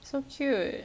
so cute